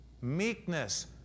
meekness